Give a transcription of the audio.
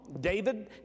David